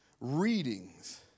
readings